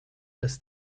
das